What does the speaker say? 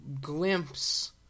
glimpse